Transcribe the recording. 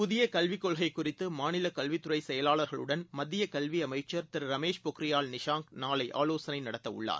புதியகல்விக் கொள்கைகுறித்துமாநிலகல்வித்துறைசெயலாளர்களுடன் மத்தியகல்விஅமைச்சர் திரு ரமேஷ் பொக்ரியால் நிஷாங் நாளைஆலோசனைநடத்தஉள்ளார்